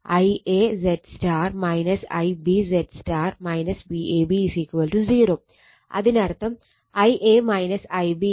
Ia Zy Ib Zy Vab 0 അതിനർത്ഥം Ia Ib Vab ZY